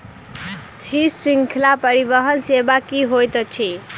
शीत श्रृंखला परिवहन सेवा की होइत अछि?